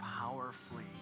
powerfully